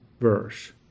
verse